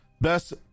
Best